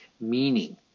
meaning